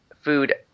food